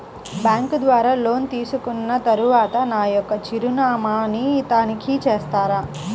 Bank ద్వారా loan తీసుకున్న తరువాత నా యొక్క చిరునామాని తనిఖీ చేస్తారా?